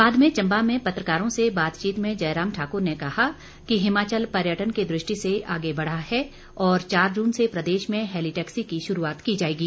बाद में चंबा में पत्रकारों से बातचीत में जयराम ठाकुर ने कहा कि हिमाचल पर्यटन की दृष्टि से आगे बढ़ा है और चार जून से प्रदेश में हैलीटैक्सी की शुरूआत की जाएगी